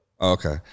Okay